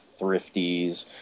Thrifties